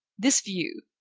this view,